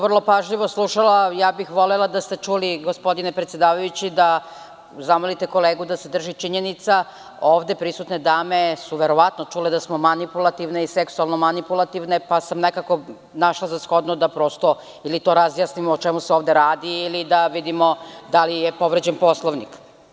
Vrlo pažljivo sam slušala, volela bih da ste čuli gospodine predsedavajući, da zamolite kolegu da se drži činjenica, ovde prisutne dame su verovatno čule da smo manipulativne i seksualno manipulativne, pa sam nekako našla za shodno da prosto ili to razjasnimo o čemu se radi ili da vidimo da li je povređen Poslovnik.